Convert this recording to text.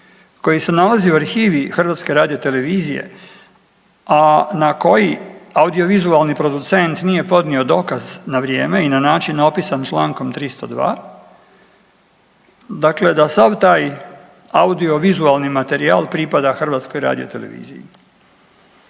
koji se nalazi u arhivi Hrvatske radiotelevizije, a na koji audiovizualni producent nije podnio dokaz na vrijeme i na način opisan člankom 302. dakle da sav taj audiovizualni materijal pripada Hrvatskoj radioteleviziji.